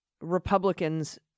Republicans